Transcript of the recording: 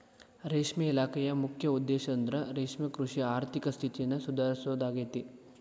ರೇಷ್ಮೆ ಇಲಾಖೆಯ ಮುಖ್ಯ ಉದ್ದೇಶಂದ್ರ ರೇಷ್ಮೆಕೃಷಿಯ ಆರ್ಥಿಕ ಸ್ಥಿತಿನ ಸುಧಾರಿಸೋದಾಗೇತಿ